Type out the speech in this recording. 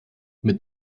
mit